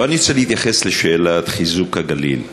אבל אני רוצה להתייחס לשאלת חיזוק הגליל.